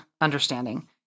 understanding